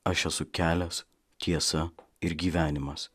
aš esu kelias tiesa ir gyvenimas